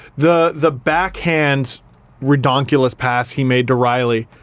the the back hand ridonkulous pass he made to reilly,